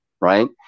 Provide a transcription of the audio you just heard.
right